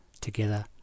together